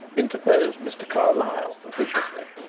interposed mr. carlyle officiously.